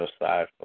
aside